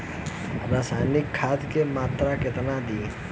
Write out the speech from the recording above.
रसायनिक खाद के मात्रा केतना दी?